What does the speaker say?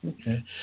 Okay